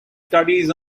studies